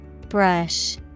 Brush